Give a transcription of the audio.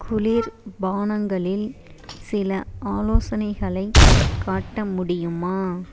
குளிர்பானங்களில் சில ஆலோசனைகளைக் காட்ட முடியுமா